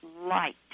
light